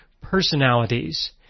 personalities